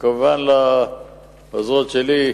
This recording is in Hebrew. וכמובן של העוזרות שלי,